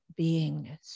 beingness